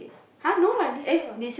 !huh! no lah this year what